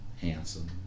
handsome